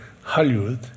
Hollywood